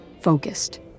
focused